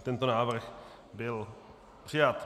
Tento návrh byl přijat.